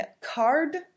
card